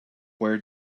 where